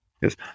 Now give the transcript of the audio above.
Yes